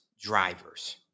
drivers